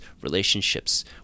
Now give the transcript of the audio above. relationships